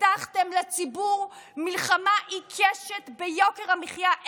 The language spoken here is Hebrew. הבטחתם לציבור מלחמה עיקשת ביוקר המחיה.